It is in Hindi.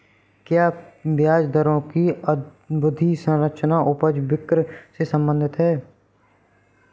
क्या ब्याज दरों की अवधि संरचना उपज वक्र से संबंधित है?